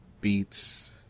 beats